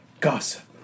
Gossip